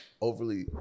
overly